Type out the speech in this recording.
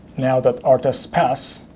now that our tests pass,